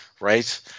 right